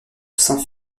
saint